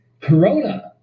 Corona